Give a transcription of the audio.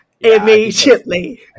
Immediately